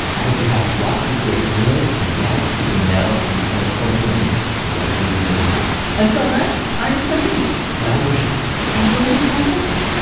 i hope you have lots of great meals and snacks between now and when the quarantine ends which will hopefully be soon until then, i'm samin and i'm hrishi and we'll be home cooking